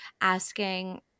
asking –